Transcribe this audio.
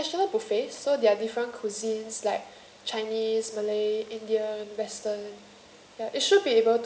uh it's international buffet so they're different cuisines like chinese malay indian western